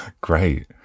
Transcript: Great